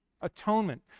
atonement